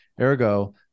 Ergo